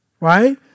Right